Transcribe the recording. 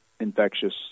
infectious